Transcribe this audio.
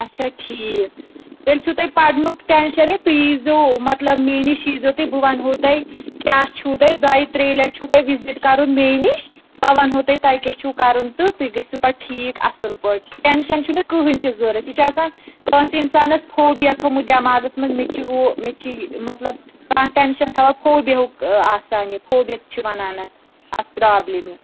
اچھا ٹھیٖک تیٚلہِ چھُو تۄہہِ پَرنُک ٹٮ۪نشَن یہِ تُہۍ ییٖزیو مطلب مے نِش ییٖزیو تُہۍ بہٕ وَنہو تۄہہِ کیٛاہ چھُو تۄہہِ دۄیہِ ترٛیٚیہِ لَٹہِ چھُو تۄہہِ وِزِٹ کَرُن مے نِش بہٕ وَنہو تۄہہِ تۄہہِ کیٛاہ چھُو کَرُن تہٕ تُہۍ گٔژھِو پَتہٕ ٹھیٖک اصٕل پٲٹھی ٹٮ۪نشن چھُنہٕ کٕہۭنۍ تہِ ضوٚرَتھ یہِ چھِ آسان کٲنٛسہِ اِنسانَس فوبیا تھوٚمُت دٮ۪ماغَس منٛز مےٚ چھِ ہُہ مےٚ چھِ مطلب کانٛہہ ٹٮ۪نشَن تھاوان فوبیَہُک آسان یہِ فوبیا چھِ وَنان اَتھ اَتھ پرٛابلِمہِ